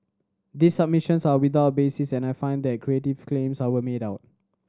these submissions are without basis and I find that creative claims are were made out